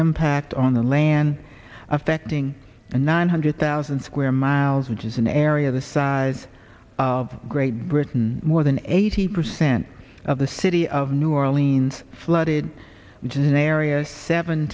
impact on the land affecting and nine hundred thousand square miles which is an area the size of great britain more than eighty percent of the city of new orleans flooded which an area seven